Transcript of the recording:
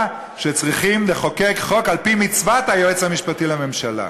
שצריכים לחוקק חוק על-פי מצוות היועץ המשפטי לממשלה.